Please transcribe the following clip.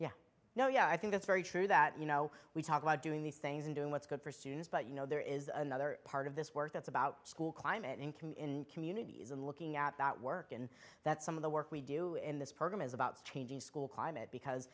yeah no yeah i think that's very true that you know we talk about doing these things and doing what's good for students but you know there is another part of this work that's about school climate income in communities and looking at that work and that some of the work we do in this program is about changing school climate because